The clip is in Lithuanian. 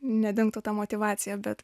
nedingtų ta motyvacija bet